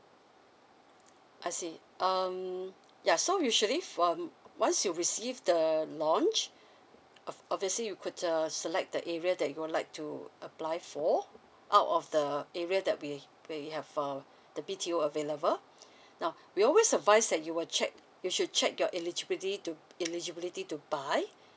I see um yeah so usually for um once you receive the launch ob~ obviously you could err select the area that you would like to apply for out of the area that we we have uh the B_T_O available now we always advise that you will checked you should check your eligibility to eligibility to buy